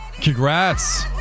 Congrats